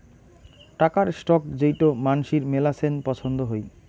টাকার স্টক যেইটো মানসির মেলাছেন পছন্দ হই